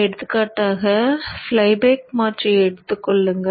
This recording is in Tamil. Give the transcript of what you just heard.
எடுத்துக்காட்டாக ஃப்ளைபேக் மாற்றியை எடுத்துக் கொள்ளுங்கள்